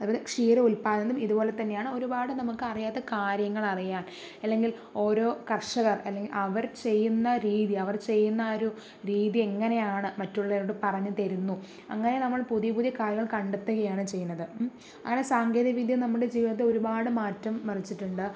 അതുപോലെ ക്ഷീര ഉല്പാദനം ഇതുപോലെത്തന്നെയാണ് ഒരുപാട് നമുക്ക് അറിയാത്ത കാര്യങ്ങൾ അറിയാൻ അല്ലെങ്കിൽ ഓരോ കർഷകർ അല്ലെങ്കിൽ അവർ ചെയ്യുന്ന രീതി അവർ ചെയ്യുന്ന ആ ഒരു രീതി എങ്ങനെയാണ് മറ്റുള്ളവരോട് പറഞ്ഞു തരുന്നു അങ്ങനെ നമ്മൾ പുതിയ പുതിയ കാര്യങ്ങൾ കണ്ടെത്തുകയാണ് ചെയ്യുന്നത് അങ്ങനെ സാങ്കേതിക വിദ്യ നമ്മുടെ ജീവിതത്തിൽ ഒരുപാട് മാറ്റം മറിച്ചിട്ടുണ്ട്